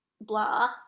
blah